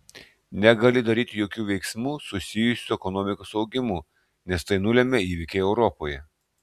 negali daryti jokių veiksmų susijusių su ekonomikos augimu nes tai nulemia įvykiai europoje